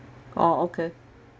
oh okay